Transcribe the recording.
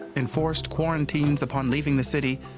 enforced quarantines upon leaving the city,